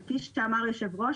וכפי שאמר היושב-ראש,